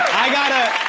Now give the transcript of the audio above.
i gotta